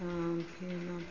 Bhima